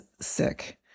sick